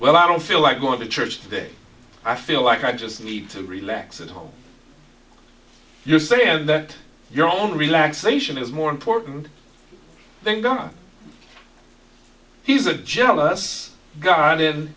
well i don't feel like going to church today i feel like i just need to relax at home you're saying that your own relaxation is more important then god he's a jealous g